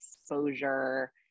exposure